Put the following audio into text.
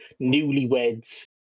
newlyweds